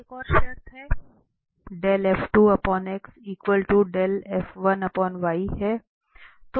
एक और शर्त है